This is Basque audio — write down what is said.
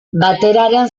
bateraren